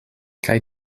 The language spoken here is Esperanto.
kaj